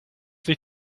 sich